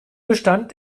bestand